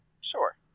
Sure